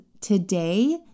today